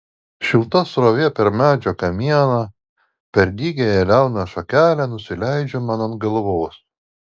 šilta srovė per medžio kamieną per dygiąją liauną šakelę nusileidžia man ant galvos